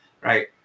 right